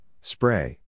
spray